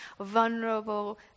vulnerable